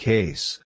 Case